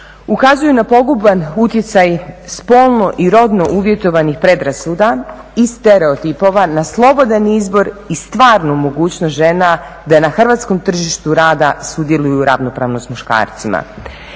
ukazuju na poguban utjecaj spolno, i rodno uvjetovanih predrasuda i stereotipova na slobodan izbor i stvarnu mogućnost žena da je na hrvatskom tržištu rada sudjeluju ravnopravno s muškarcima.